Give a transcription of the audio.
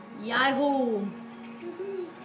Yahoo